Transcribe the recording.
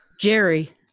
Jerry